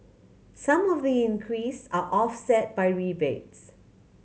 some of the increase are offset by rebates